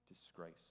disgrace